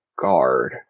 guard